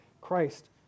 Christ